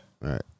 Right